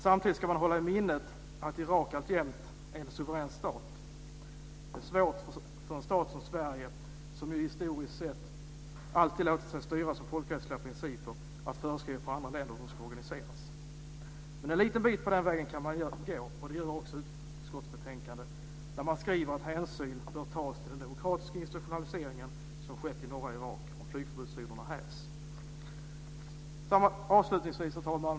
Samtidigt ska man hålla i minnet att Irak alltjämt är en suverän stat. Det är svårt för en stat som Sverige som historiskt sett alltid låtit sig styras av folkrättsliga principer att föreskriva för andra länder hur de ska organiseras. Men en liten bit på den vägen kan man gå, och det gör man också i utskottsbetänkandet. Där skriver man att hänsyn bör tas till den demokratiska institutionaliseringen, som skett i norra Irak, om flygförbudszonerna hävs. Avslutningsvis, herr talman...